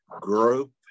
group